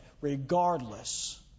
regardless